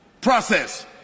process